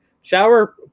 Shower